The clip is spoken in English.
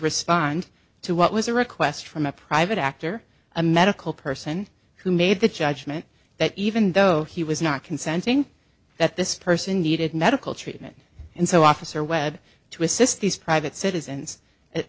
respond to what was a request from a private actor a medical person who made the judgment that even though he was not consenting that this person needed medical treatment and so officer webb to assist these private citizens it